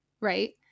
right